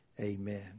Amen